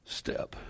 step